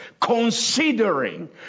considering